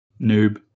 Noob